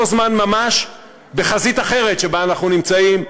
זמן ממש בחזית אחרת שבה אנחנו נמצאים,